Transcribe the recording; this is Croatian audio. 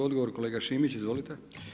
Odgovor kolega Šimić, izvolite.